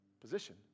position